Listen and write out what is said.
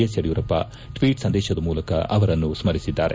S Yediyurappa tweet ಸಂದೇಶದ ಮೂಲಕ ಅವರನ್ನು ಸ್ಮರಿಸಿದ್ದಾರೆ